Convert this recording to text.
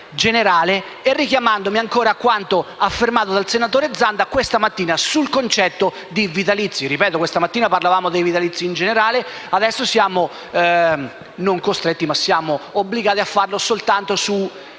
generale e richiamandomi ancora a quanto affermato dal senatore Zanda questa mattina sul concetto di vitalizio. Ripeto, questa mattina parlavamo dei vitalizi in generale, adesso siamo obbligati a farlo soltanto su